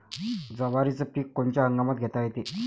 जवारीचं पीक कोनच्या हंगामात घेता येते?